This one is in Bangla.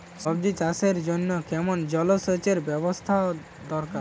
সবজি চাষের জন্য কেমন জলসেচের ব্যাবস্থা দরকার?